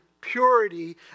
purity